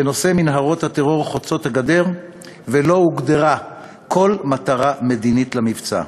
בנושא מנהרות הטרור חוצות-הגדר ולא הוגדרה כל מטרה מדינית למבצע.